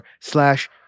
slash